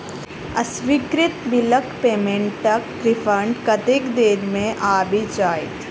अस्वीकृत बिलक पेमेन्टक रिफन्ड कतेक देर मे आबि जाइत?